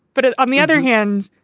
but ah on the other hand,